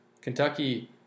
Kentucky